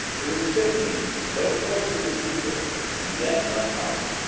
it was sickening to be so close to the secret and yet not find it.